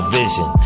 vision